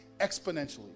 exponentially